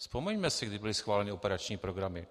Vzpomeňme si, kdy byly schváleny operační programy.